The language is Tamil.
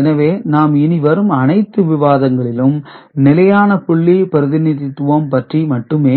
எனவே நாம் இனி வரும் அனைத்து விவாதங்களிலும் நிலையான புள்ளி பிரதிநிதித்துவம் பற்றி மட்டுமே